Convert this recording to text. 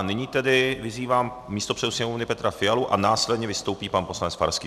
Nyní tedy vyzývám místopředsedu Sněmovny Petra Fialu a následně vystoupí pan poslanec Farský.